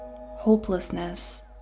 hopelessness